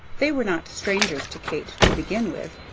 they were not strangers to kate, to begin with,